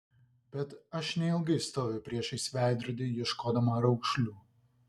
bet aš neilgai stoviu priešais veidrodį ieškodama raukšlių